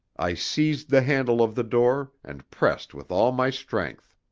i seized the handle of the door and pressed with all my strength.